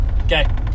Okay